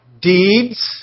deeds